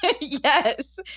Yes